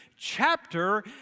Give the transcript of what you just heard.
chapter